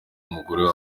umugore